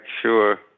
sure